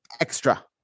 extra